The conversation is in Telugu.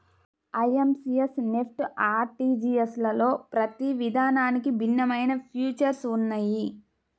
ఐఎమ్పీఎస్, నెఫ్ట్, ఆర్టీజీయస్లలో ప్రతి విధానానికి భిన్నమైన ఫీచర్స్ ఉన్నయ్యి